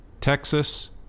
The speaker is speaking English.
texas